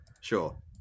Sure